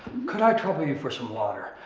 could i trouble you for some water?